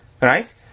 right